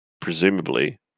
presumably